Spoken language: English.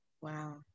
Wow